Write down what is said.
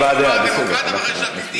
מראה שאת אתי.